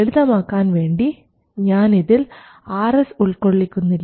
ലളിതമാക്കാൻ വേണ്ടി ഞാൻ ഇതിൽ Rs ഉൾക്കൊള്ളിക്കുന്നില്ല